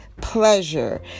pleasure